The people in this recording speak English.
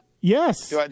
Yes